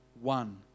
one